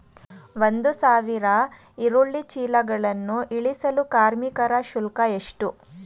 ಒಂದು ಸಾವಿರ ಈರುಳ್ಳಿ ಚೀಲಗಳನ್ನು ಇಳಿಸಲು ಕಾರ್ಮಿಕರ ಶುಲ್ಕ ಎಷ್ಟು?